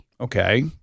Okay